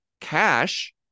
cash